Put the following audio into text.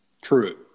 true